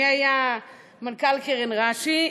מי היה מנכ"ל קרן רש"י?